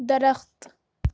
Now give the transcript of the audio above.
درخت